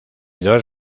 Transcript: dos